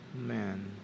man